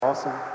Awesome